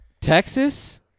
Texas